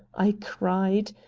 i cried.